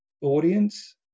audience